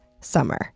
summer